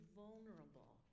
vulnerable